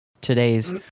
today's